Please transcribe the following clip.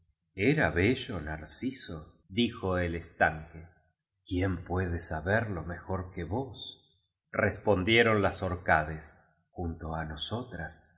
era bello narciso dijo el estanque quién puede saberlo mejor que vos respondieron las orcades junto á nosotras